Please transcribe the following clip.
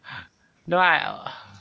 no I